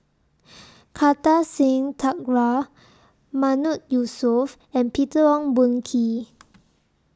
Kartar Singh Thakral Mahmood Yusof and Peter Ong Boon Kwee